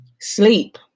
sleep